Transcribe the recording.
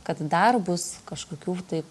kad dar bus kažkokių tai